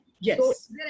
Yes